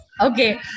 Okay